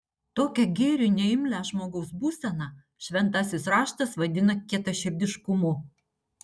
tokią gėriui neimlią žmogaus būseną šventasis raštas vadina kietaširdiškumu